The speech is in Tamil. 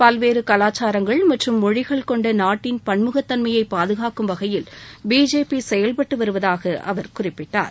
பல்வேறு கலாச்சாரங்கள் மற்றும் மொழிகள் கொண்ட நாட்டின் பள்முகத் தன்மையை பாதுகாக்கும் வகையில் பிஜேபி செயல்பட்டுவருவதாக அவர் குறிப்பிட்டார்